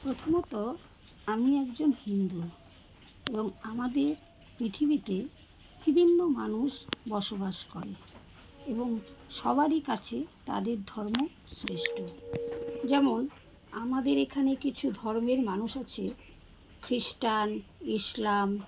প্রথমত আমি একজন হিন্দু এবং আমাদের পৃথিবীতে বিভিন্ন মানুষ বসবাস করে এবং সবারই কাছে তাদের ধর্ম শ্রেষ্ঠ যেমন আমাদের এখানে কিছু ধর্মের মানুষ আছে খ্রিস্টান ইসলাম